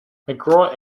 mcgraw